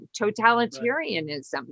totalitarianism